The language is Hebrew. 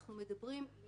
אנחנו מדברים על